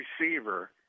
receiver